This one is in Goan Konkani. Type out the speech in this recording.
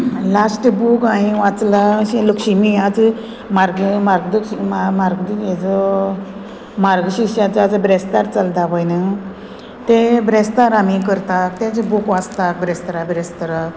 लास्ट बूक हांयें वाचला अशें लक्ष्मी आज मार्ग मार्गदर्श मा मार्गदिश्याचो मार्गशिशाचो ब्रेस्तार चलता पय न्हू तें ब्रेस्तार आमी करता तेजे बूक वाचता ब्रेस्तरा ब्रेस्तराक